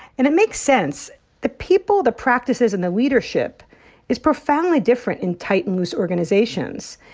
and it makes sense the people, the practices and the leadership is profoundly different in tight and loose organizations.